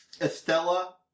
estella